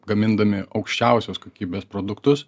gamindami aukščiausios kokybės produktus